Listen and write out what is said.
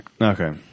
Okay